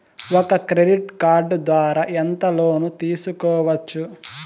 ఒక credit card ద్వారా ఎంత లోను తీసుకోవచ్చు?